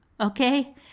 Okay